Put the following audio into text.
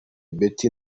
betty